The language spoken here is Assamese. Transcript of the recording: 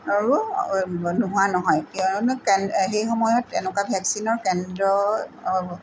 আৰু নোহোৱা নহয় কিয়নো কে সেই সময়ত তেনেকুৱা ভেক্সিনৰ কেন্দ্ৰ